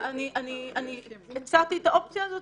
--- אני הצעתי את האופציה הזאת,